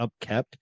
upkept